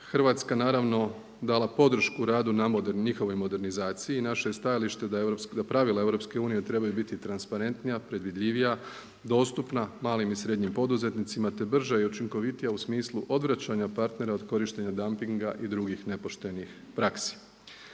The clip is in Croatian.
Hrvatska naravno dala podršku radu na njihovoj modernizaciji. Naše je stajalište da pravila EU trebaju biti transparentnija, predvidljivija, dostupna malim i srednjim poduzetnicima te brža i učinkovitija u smislu odvraćanja partnera od korištenja dampinga i drugih nepoštenih praksi.